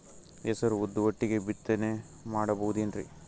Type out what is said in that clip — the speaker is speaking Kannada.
ಹೆಸರು ಉದ್ದು ಒಟ್ಟಿಗೆ ಬಿತ್ತನೆ ಮಾಡಬೋದೇನ್ರಿ?